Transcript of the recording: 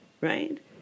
right